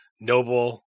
Noble